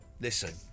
listen